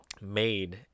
made